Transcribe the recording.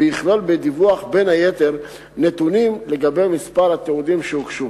ויכלול בדיווח בין היתר נתונים על מספר התיעודים שהוגשו,